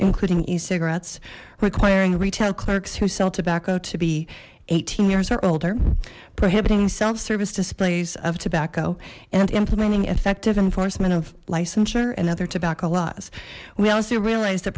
including e cigarettes requiring retail clerks who sell tobacco to be eighteen years or older prohibiting self service displays of tobacco and implementing effective enforcement of licensure and other tobacco laws we also realized that